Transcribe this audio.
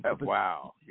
Wow